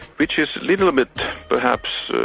which is a little bit perhaps ah